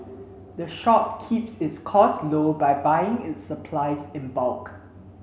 the shop keeps its costs low by buying its supplies in bulk